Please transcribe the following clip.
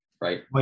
right